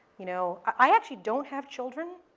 you know i actually don't have children.